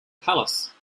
palace